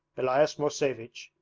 elias mosevich,